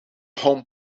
home